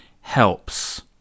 helps